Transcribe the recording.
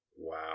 Wow